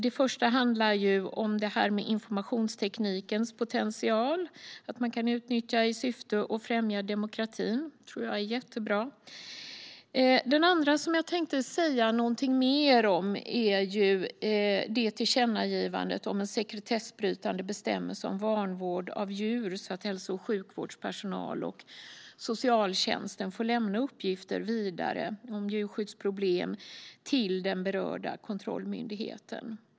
Det första handlar om informationsteknikens potential som kan utnyttjas i syfte att främja demokratin. Det är jättebra. Det andra tillkännagivandet tänkte jag säga något mer om. Det gäller en sekretessbrytande bestämmelse om vanvård av djur, så att hälso och sjukvårdspersonal och socialtjänst får lämna uppgifter om djurskyddsproblem vidare till den berörda kontrollmyndigheten.